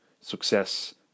success